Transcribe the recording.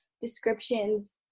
descriptions